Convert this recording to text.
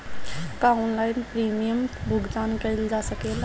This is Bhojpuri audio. का ऑनलाइन प्रीमियम भुगतान कईल जा सकेला?